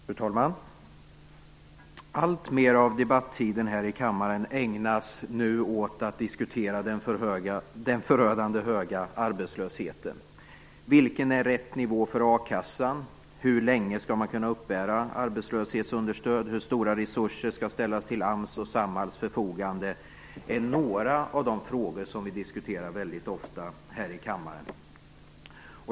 Fru talman! Alltmer av debattiden här i kammaren ägnas nu åt att diskutera den förödande höga arbetslösheten. Vad är rätta nivån för a-kassan? Hur länge skall man kunna uppbära arbetslöshetsunderstöd? Hur stora resurser skall ställas till AMS och Samhalls förfogande? Det här är några av de frågor som vi diskuterar väldigt ofta i denna kammare.